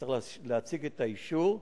יצטרך להציג את האישור,